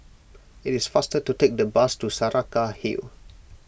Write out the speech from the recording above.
it is faster to take the bus to Saraca Hill